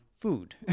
food